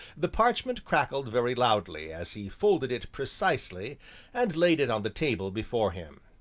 the parchment crackled very loudly as he folded it precisely and laid it on the table before him.